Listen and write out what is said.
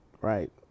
right